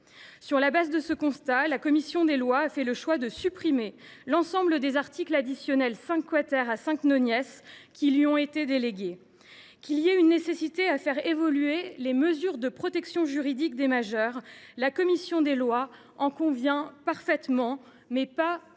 Forte de ce constat, la commission des lois a fait le choix de supprimer l’ensemble des articles additionnels 5 à 5 , 5 et 5 , qui lui ont été délégués. Qu’il y ait une nécessité à faire évoluer les mesures de protection juridique des majeurs, la commission des lois en convient parfaitement, mais pas dans